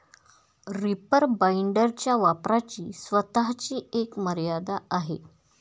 reaper बाइंडरच्या वापराची स्वतःची एक मर्यादा आहे